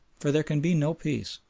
for there can be no peace,